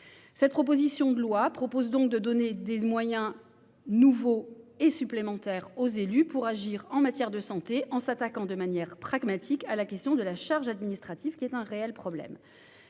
auteurs de ce texte veulent donner des moyens nouveaux et supplémentaires aux élus pour agir en matière de santé, en s'attaquant de manière pragmatique à la question de la charge administrative, qui est un réel problème.